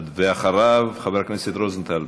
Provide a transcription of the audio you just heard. ואחריו, חבר הכנסת רוזנטל.